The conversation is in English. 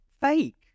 Fake